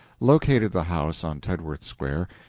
located the house on tedworth square,